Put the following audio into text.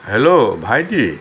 hello ভাইটি